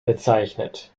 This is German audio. bezeichnet